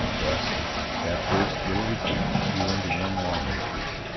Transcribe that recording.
thus that first little retreat grew into one long retreat.